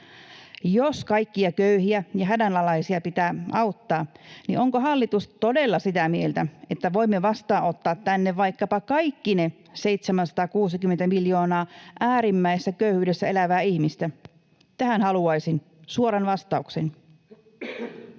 Jos kaikkia köyhiä ja hädänalaisia pitää auttaa, niin onko hallitus todella sitä mieltä, että voimme vastaanottaa tänne vaikkapa kaikki ne 760 miljoonaa äärimmäisessä köyhyydessä elävää ihmistä? Tähän haluaisin suoran vastauksen.